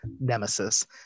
nemesis